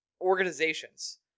organizations